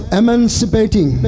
emancipating